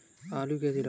आलू कैसे लगाएँ?